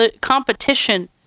competition